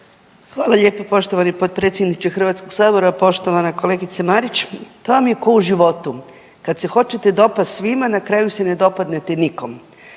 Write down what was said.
Hvala lijepo poštovani potpredsjedniče HS. Poštovana kolegice Marić, to vam je ko u životu, kad se hoćete dopast svima na kraju se ne dopadnete nikom.